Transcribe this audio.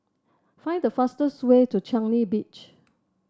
find the fastest way to Changi Beach